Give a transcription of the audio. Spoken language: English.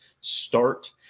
start